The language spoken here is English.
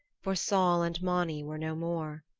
for sol and mani were no more.